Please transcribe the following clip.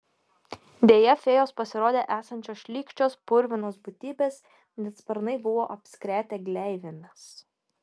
deja fėjos pasirodė esančios šlykščios purvinos būtybės net sparnai buvo apskretę gleivėmis